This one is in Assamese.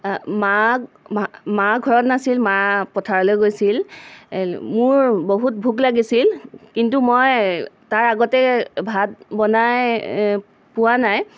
মা মা ঘৰত নাছিল মা পথাৰলৈ গৈছিল মোৰ বহুত ভোক লাগিছিল কিন্তু মই তাৰ আগতে ভাত বনাই পোৱা নাই